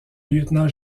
lieutenant